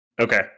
Okay